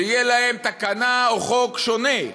שתהיה להם תקנה, או חוק שונה,